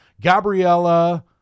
Gabriella